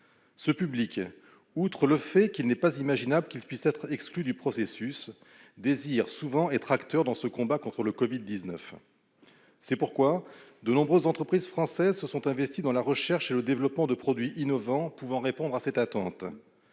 Ce public, dont il n'est pas imaginable qu'il puisse être exclu du processus, désire souvent être acteur dans le combat contre le Covid-19. C'est pourquoi de nombreuses entreprises françaises se sont investies dans la recherche et le développement de produits innovants, pouvant répondre à cette attente.